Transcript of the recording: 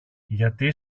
γιατί